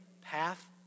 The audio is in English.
path